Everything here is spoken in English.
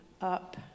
up